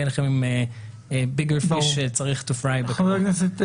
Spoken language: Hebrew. אליכם עם רפורמה גדולה שצריך --- חבר הכנסת סעדי,